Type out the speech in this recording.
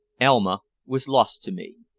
elma was lost to me.